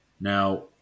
Now